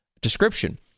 description